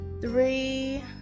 three